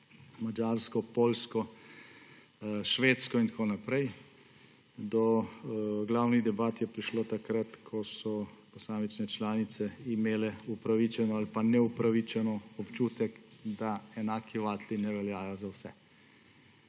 Madžarsko, Poljsko, Švedsko in tako naprej. Do glavnih debat je prišlo takrat, ko so posamične članice imele upravičeno ali pa neupravičeno občutek, da ne veljajo za vse